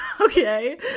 Okay